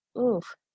oof